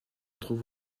trouve